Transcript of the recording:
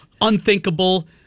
Unthinkable